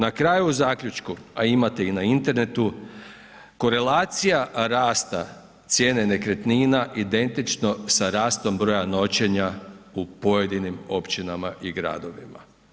Na kraju u zaključku a imate i na internetu, korelacija rasta cijene nekretnina identično sa rastom broja noćenja u pojedinim općinama i gradovima.